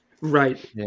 right